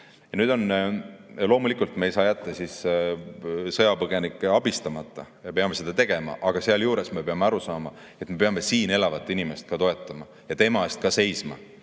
ees. Loomulikult me ei saa jätta sõjapõgenikke abistamata, me peame seda tegema, aga sealjuures me peame aru saama, et me peame siin elavat inimest ka toetama ja tema eest ka seisma.